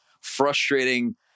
frustrating